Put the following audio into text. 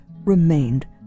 Remained